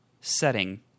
setting